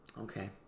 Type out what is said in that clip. okay